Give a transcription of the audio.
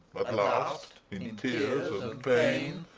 last, in tears and pain.